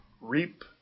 reap